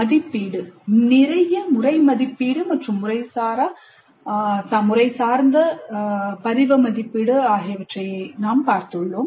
மதிப்பீடு நிறைய முறை மதிப்பீடு என்பது முறைசாரா மற்றும் முறைசார்ந்த அல்லது பருவ மதிப்பீடு என்று குறிப்பிட்டுள்ளோம்